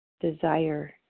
desire